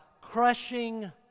crushing